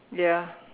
ya